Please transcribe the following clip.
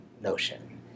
notion